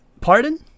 Pardon